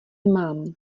mám